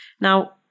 Now